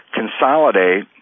consolidate